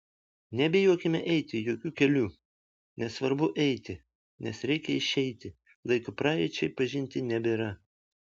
nebijokime eiti jokiu keliu nes svarbu eiti nes reikia išeiti laiko praeičiai pažinti nebėra